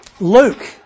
Luke